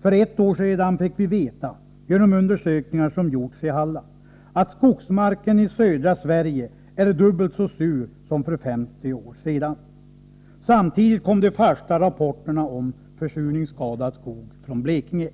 För ett år sedan fick vi veta — genom undersökningar som gjorts i Halland — att skogsmarken i södra Sverige är dubbelt så sur som för 50 år sedan. Samtidigt kom de första rapporterna om försurningsskadad skog från Blekinge.